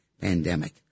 pandemic